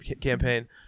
campaign